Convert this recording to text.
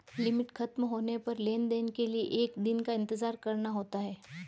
limit खत्म होने पर लेन देन के लिए एक दिन का इंतजार करना होता है